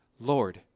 Lord